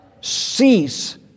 cease